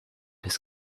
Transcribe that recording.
his